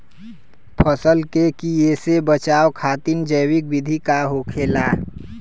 फसल के कियेसे बचाव खातिन जैविक विधि का होखेला?